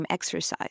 exercise